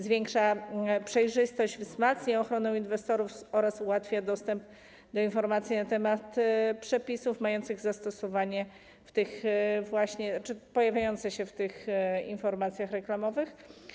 Zwiększa przejrzystość, wzmacnia ochronę inwestorów oraz ułatwia dostęp do informacji na temat przepisów mających zastosowanie czy pojawiających się w informacjach reklamowych.